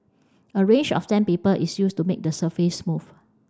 a range of sandpaper is used to make the surface smooth